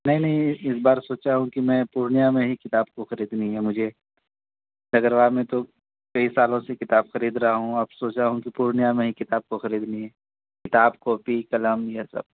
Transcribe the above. نہیں نہیں اس اس بار سوچا ہوں کہ میں پورنیہ میں ہی کتاب کو خریدنی ہے مجھے ڈگروا میں تو کئی سالوں سے کتاب خرید رہا ہوں اب سوچ رہا ہوں کہ پورنیہ میں ہی کتاب کو خریدنی ہے کتاب کاپی قلم یہ سب